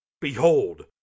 behold